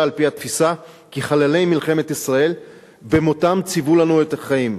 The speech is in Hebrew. על התפיסה כי חללי מלחמות ישראל במותם ציוו לנו את החיים,